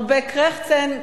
הרבה "קרעכצן",